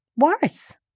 worse